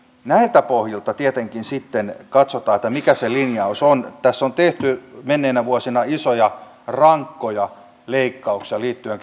näiltä pohjilta tietenkin sitten katsotaan mikä se linjaus on tässä on tehty menneinä vuosina isoja rankkoja leikkauksia liittyen